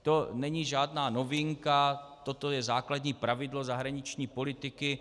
To není žádná novinka, toto je základní pravidlo zahraniční politiky.